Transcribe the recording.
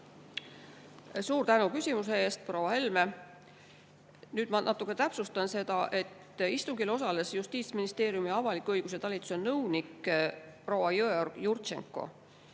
Suur tänu küsimuse eest, proua Helme! Nüüd ma natuke täpsustan. Istungil osales Justiitsministeeriumi avaliku õiguse talituse nõunik proua Jõeorg-Jurtšenko.